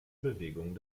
bewegung